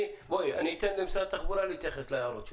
אני אתן למשרד התחבורה להתייחס להערות שלך.